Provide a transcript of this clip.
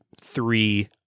three